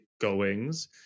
goings